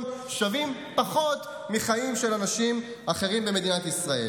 שווים פחות מחיים של אנשים אחרים במדינת ישראל.